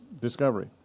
Discovery